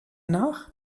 noch